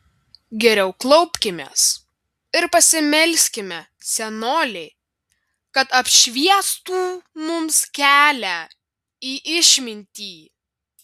geriau klaupkimės ir pasimelskime senolei kad apšviestų mums kelią į išmintį